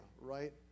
right